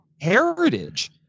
heritage